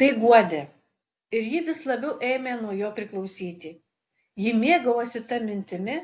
tai guodė ir ji vis labiau ėmė nuo jo priklausyti ji mėgavosi ta mintimi